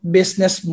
business